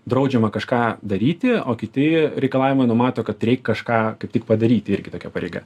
draudžiama kažką daryti o kiti reikalavimai numato kad reik kažką kaip tik padaryti irgi tokia pareiga